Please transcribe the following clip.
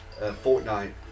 Fortnite